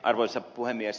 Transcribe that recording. arvoisa puhemies